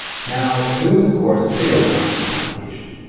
now, zoom is of course a video conferencing application.